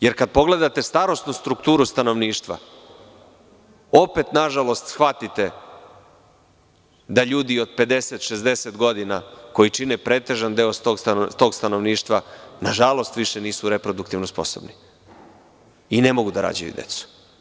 Jer, kada pogledate starosnu strukturu stanovništva, opet nažalost shvatite da ljudi od 50-60 godina koji čine pretežan deo tog stanovništva, nažalost više nisu reproduktivno sposobni i ne mogu da rađaju decu.